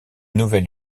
nouvelle